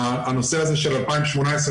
הנושא הזה של 2018,